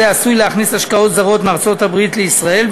עשוי להכניס השקעות זרות מארצות-הברית לישראל,